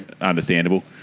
understandable